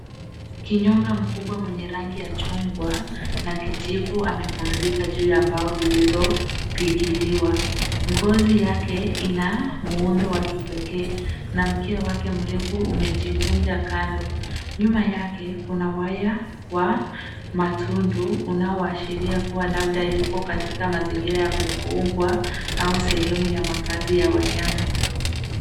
Kinyonga mkubwa mwenye rangi ya chungwa na kijivu amepumzika juu ya mbao zilizopigiliwa. Ngozi yake ina muundo wa kipekee na mkia wake mrefu umejikunja kando. Nyuma yake, kuna waya wa matundu unaoashiria kuwa labda yuko katika mazingira ya kufungwa au sehemu ya makazi ya wanyama.